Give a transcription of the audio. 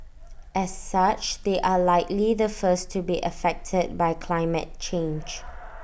as such they are likely the first to be affected by climate change